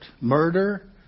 Murder